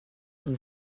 ont